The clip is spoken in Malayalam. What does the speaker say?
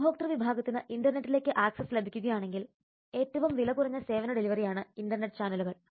ഉപഭോക്തൃ വിഭാഗത്തിന് ഇൻറർനെറ്റിലേക്ക് ആക്സസ് ലഭിക്കുകയാണെങ്കിൽ ഏറ്റവും വിലകുറഞ്ഞ സേവന ഡെലിവറിയാണ് ഇന്റർനെറ്റ് ചാനലുകൾ